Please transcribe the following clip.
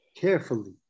carefully